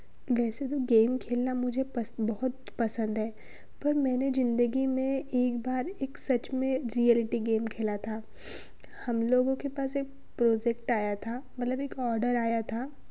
वैसे तो गेम खेलना मुझे पसंद बहुत पसंद है पर मैंने जिंदगी में एकबार एक सच में रियलिटी गेम खेला था हम लोगों के पास एक प्रोजेक्ट आया था मतलब एक ऑर्डर आया था